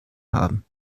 haben